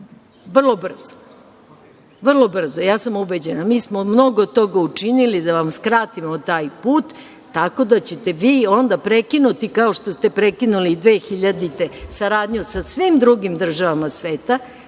vrlo brzo. Ja sam ubeđena. Mi smo mnogo toga učinili da vam skratimo taj put, tako da ćete vi onda prekinuti, kao što ste prekinuli i 2000. godine saradnju sa svim drugim državama sveta,